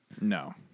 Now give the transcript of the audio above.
no